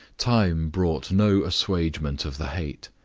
time brought no assuagement of the hate.